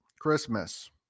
christmas